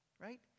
Right